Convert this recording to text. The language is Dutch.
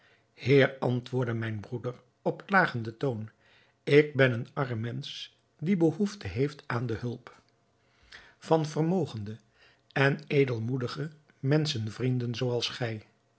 heer antwoordde mijn broeder op klagenden toon ik ben een arm mensch die behoefte heeft aan de hulp van vermogende en edelmoedige menschenvrienden zooals gij